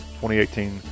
2018